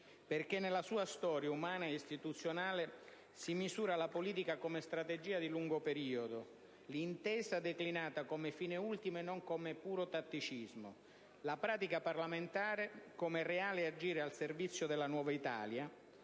Perché nella sua storia, umana e istituzionale, si misura la politica come strategia di lungo periodo, l'intesa declinata come fine ultimo e non come puro tatticismo, la pratica parlamentare come reale agire al servizio della nuova Italia,